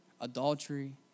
adultery